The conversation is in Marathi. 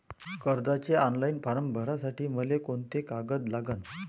कर्जाचे ऑनलाईन फारम भरासाठी मले कोंते कागद लागन?